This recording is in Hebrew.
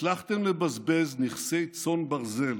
הצלחתם לבזבז נכסי צאן ברזל